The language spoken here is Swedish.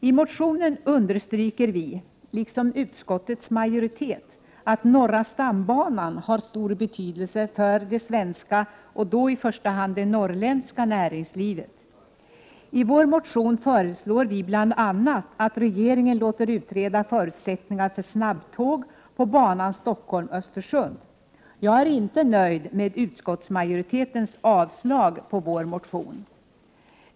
I motionen understryker vi — liksom utskottets majoritet har gjort — att norra stambanan har stor betydelse för det svenska näringslivet, i första hand det norrländska näringslivet. I motionen föreslår vi bl.a. att regeringen låter utreda förutsättningarna för snabbtåg på banan Stockholm-Östersund. Jag är inte nöjd med att utskottsmajoriteten avstyrker vår motion.